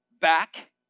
back